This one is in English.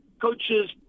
coaches